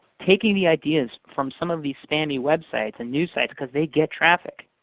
taking the ideas from some of these spammy websites and news sites because they get traffic.